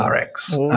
RX